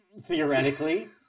Theoretically